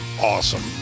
awesome